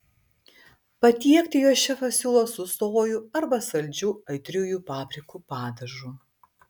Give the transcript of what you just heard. patiekti juos šefas siūlo su sojų arba saldžiu aitriųjų paprikų padažu